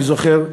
אני זוכר,